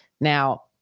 Now